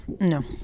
no